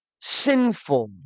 sinful